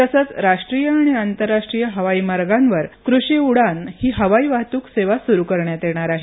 तसंच राष्ट्रीय आणि आंतरराष्ट्रीय हवाई मार्गावर कृषी उडान ही हवाई वाहतूक सेवा सुरू करण्यात येणार आहे